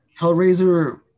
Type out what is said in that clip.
Hellraiser